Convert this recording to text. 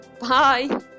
Bye